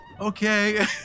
Okay